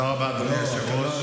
רבה, אדוני היושב-ראש.